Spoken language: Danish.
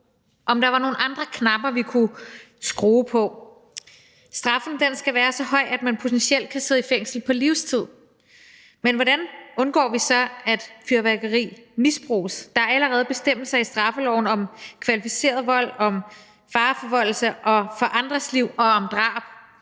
om der var nogle andre knapper, vi kunne skrue på. Straffen skal være så høj, at man potentielt kan sidde i fængsel på livstid. Men hvordan undgår vi så, at fyrværkeri misbruges? Der er allerede bestemmelser i straffeloven om kvalificeret vold, om fareforvoldelse for andres liv og om drab,